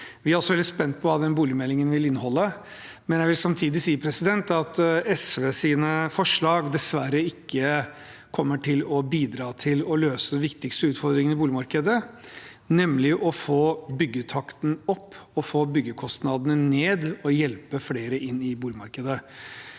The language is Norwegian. Vi er også veldig spent på hva den boligmeldingen vil inneholde, men jeg vil samtidig si at SVs forslag dessverre ikke kommer til å bidra til å løse de viktigste utfordringene i boligmarkedet, nemlig å få byggetakten opp og byggekostnadene ned og å hjelpe flere inn i boligmarkedet.